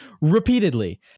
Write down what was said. Repeatedly